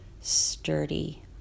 sturdy